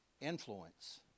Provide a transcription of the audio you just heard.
influence